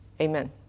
Amen